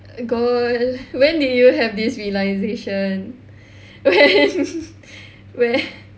uh girl when did you have this realization when where